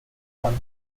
one